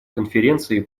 конференции